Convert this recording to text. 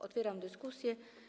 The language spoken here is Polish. Otwieram dyskusję.